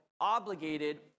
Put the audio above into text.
obligated